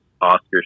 Oscar